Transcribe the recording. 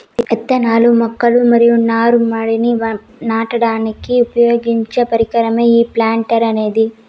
ఇత్తనాలు, మొక్కలు మరియు నారు మడిని నాటడానికి ఉపయోగించే పరికరమే ఈ ప్లాంటర్ అనేది